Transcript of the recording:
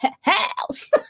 house